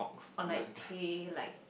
or like Tay like